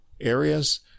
areas